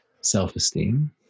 self-esteem